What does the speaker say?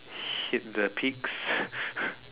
hit the peaks